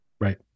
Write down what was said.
Right